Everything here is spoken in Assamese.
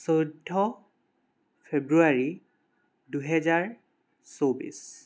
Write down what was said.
চৈধ্য ফেব্ৰুৱাৰী দুহেজাৰ চৌব্বিছ